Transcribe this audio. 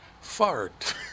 Fart